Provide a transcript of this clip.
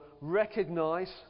recognise